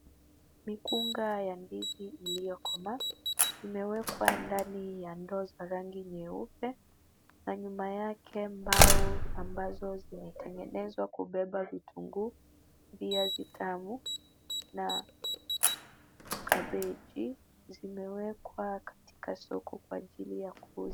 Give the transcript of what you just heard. Mikunga ya ndizi iliyokomaa imewekwa ndani ya ndoo za rangi nyeupe na nyuma yake mbao ambazo zimetengenezwa kubeba vitunguu, viazi tamu na kabeji zimewekwa katika soko kwa ajili ya kuuzwa.